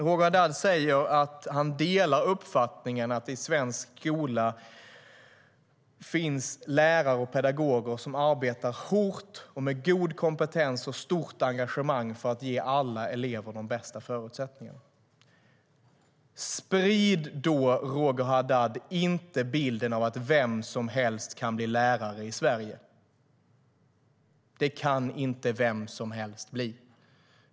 Roger Haddad säger att han delar uppfattningen att det i svensk skola finns lärare och pedagoger som arbetar hårt och med god kompetens och stort engagemang för att ge alla elever de bästa förutsättningarna. Sprid då inte, Roger Haddad, bilden av att vem som helst kan bli lärare i Sverige! Det kan inte vem som helst bli.